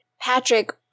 Patrick